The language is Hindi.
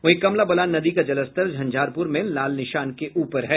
वहीं कमला बलान नदी का जलस्तर झंझारपुर में लाल निशान के ऊपर है